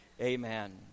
amen